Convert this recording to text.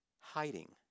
Hiding